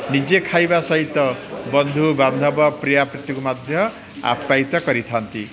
ନିଜେ ଖାଇବା ସହିତ ବନ୍ଧୁ ବାନ୍ଧବ ପ୍ରିୟା ପ୍ରୀତିକୁ ମଧ୍ୟ ଆପ୍ୟାୟିତ କରିଥାନ୍ତି